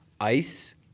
ice